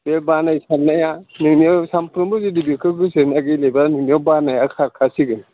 बे बानाय थानाया नोंनियाव सानफ्रोमबो जुदि बिखो गोसो होना गेलेब्ला नोंनियाव बानाया खारखासिगोन